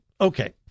Okay